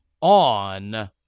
on